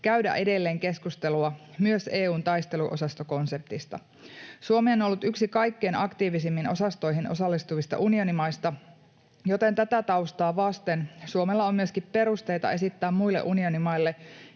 käydä edelleen keskustelua myös EU:n taisteluosastokonseptista. Suomi on ollut yksi kaikkein aktiivisimmin osastoihin osallistuvista unionimaista, joten tätä taustaa vasten Suomella on myöskin perusteita esittää muille unionimaille